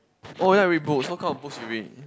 oh ya read books what kind of books you read